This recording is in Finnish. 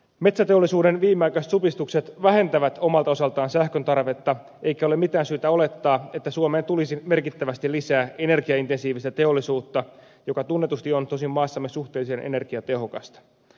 metsäteollisuuden viimeaikaiset supistukset vähentävät omalta osaltaan sähköntarvetta eikä ole mitään syytä olettaa että suomeen tulisi merkittävästi lisää energiaintensiivistä teollisuutta joka tunnetusti on tosin maassamme suhteellisen energiatehokasta